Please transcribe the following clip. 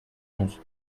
onze